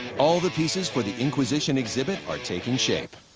all the pieces for the inquisition exhibit are taking shape.